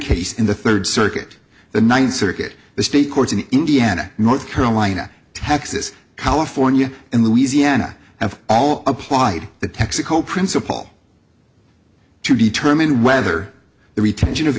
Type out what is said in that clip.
case in the third circuit the ninth circuit the state courts in indiana north carolina texas california and louisiana have all applied the texaco principle to be term in whether the retention of